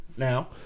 Now